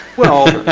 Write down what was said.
well,